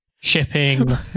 shipping